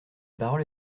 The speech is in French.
parole